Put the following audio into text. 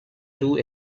too